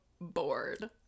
bored